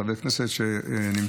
חברי כנסת שנמצאים,